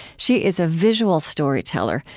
she is a visual storyteller,